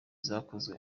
zakozwe